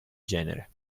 genere